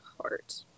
heart